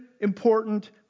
important